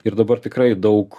ir dabar tikrai daug